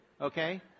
okay